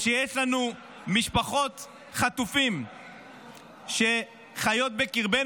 כשיש לנו משפחות חטופים שחיות בקרבנו,